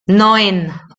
neun